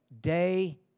day